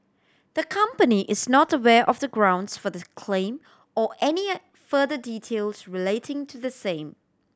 the company is not aware of the grounds for the claim or any further details relating to the same